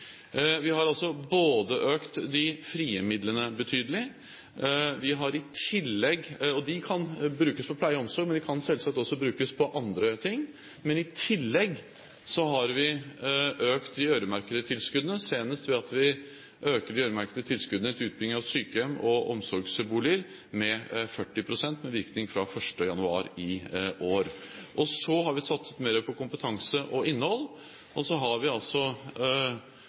Vi har altså økt de frie midlene betydelig – de kan brukes på pleie og omsorg, men selvsagt også på andre ting – og i tillegg har vi økt de øremerkede tilskuddene, senest ved at vi økte disse tilskuddene til utbygging av sykehjem og omsorgsboliger med 40 pst., med virkning fra 1. januar i år. Så har vi satset mer på kompetanse og innhold, og vi har